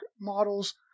models